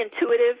intuitive